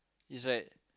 it's like